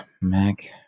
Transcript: Mac